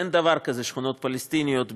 אין דבר כזה שכונות פלסטיניות בירושלים,